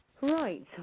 Right